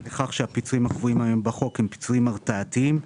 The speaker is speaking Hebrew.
לכך שהפיצויים הקבועים היום בחוק הם פיצויים הרתעתיים.